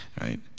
right